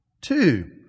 Two